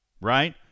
Right